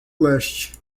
leste